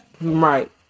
Right